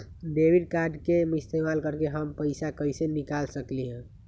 Debit card के इस्तेमाल करके हम पैईसा कईसे निकाल सकलि ह?